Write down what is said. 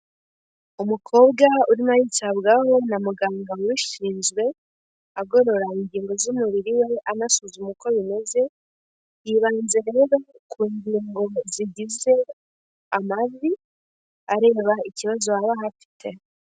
Umukobwa urimo aritabwaho na muganga ubishinzwe, agorora ingingo z'umubiri we, anasuzuma uko bimeze, yibanze rero ku ngingo zigize amavi, areba ikibazo haba hafite.